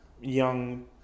young